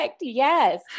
Yes